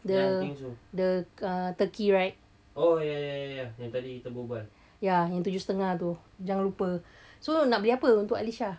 the the uh turkey right ya yang tujuh setengah tu jangan lupa so nak beli apa untuk alesya